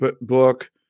book